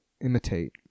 imitate